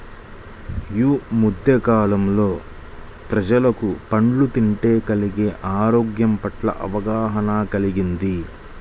యీ మద్దె కాలంలో ప్రజలకు పండ్లు తింటే కలిగే ఆరోగ్యం పట్ల అవగాహన కల్గింది